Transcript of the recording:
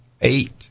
Eight